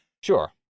Sure